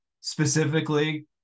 specifically